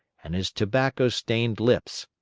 and his tobacco-stained lips.